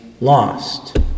lost